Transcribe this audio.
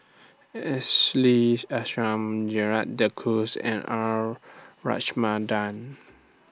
Ashley Isham Gerald De Cruz and R Ramachandran